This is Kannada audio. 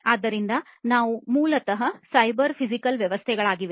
ಆದ್ದರಿಂದ ಇವು ಮೂಲತಃ ಸೈಬರ್ ಫಿಸಿಕಲ್ ವ್ಯವಸ್ಥೆಗಳಾಗಿವೆ